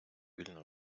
вільно